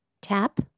Tap